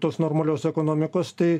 tos normalios ekonomikos tai